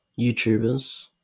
YouTubers